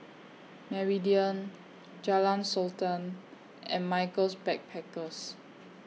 Meridian Jalan Sultan and Michaels Backpackers